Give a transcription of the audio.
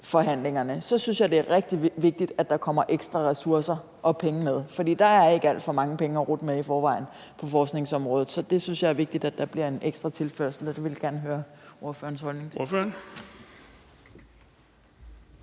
forskningsforhandlingerne, så synes jeg, det er vigtigt, at der kommer ekstra ressourcer og penge med. Der er ikke alt for mange penge at rutte med i forvejen på forskningsområdet, så jeg synes, det er vigtigt, at der kommer en ekstra tilførsel. Det ville jeg gerne høre ordførerens holdning til.